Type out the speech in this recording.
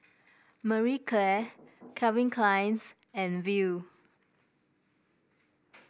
Marie Claire Calvin Klein's and Viu